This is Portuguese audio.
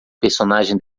personagem